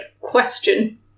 question